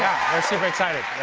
super excited.